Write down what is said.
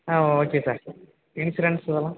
ஆ okay sir insurance இதெல்லாம்